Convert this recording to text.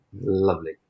lovely